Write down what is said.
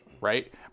right